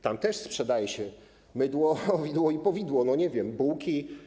Tam też sprzedaje się mydło, widło i powidło, nie wiem, bułki.